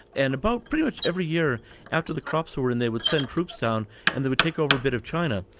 and about pretty much every year after the crops were in, they would send troops down and they would take over a bit of china.